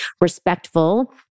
respectful